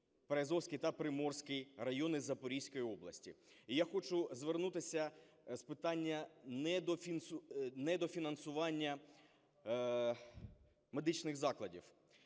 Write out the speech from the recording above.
Приазовський та Приморський райони Запорізької області. І я хочу звернутися з питання недофінансування медичних закладів.